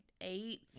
eight